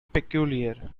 peculiar